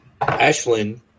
Ashlyn